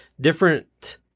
different